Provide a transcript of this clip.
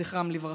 זכרם לברכה.